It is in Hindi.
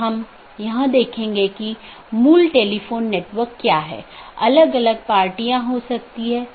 इसलिए एक मल्टीहोम एजेंट ऑटॉनमस सिस्टमों के प्रतिबंधित सेट के लिए पारगमन कि तरह काम कर सकता है